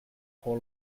paul